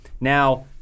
now